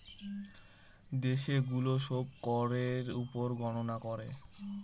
দেশে গুলো সব করের উপর গননা করে